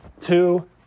two